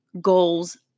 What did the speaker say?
goals